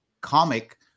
comic